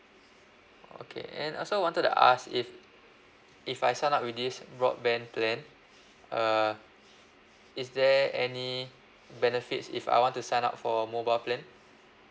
okay and also wanted to ask if if I sign up with this broadband plan uh is there any benefits if I want to sign up for a mobile plan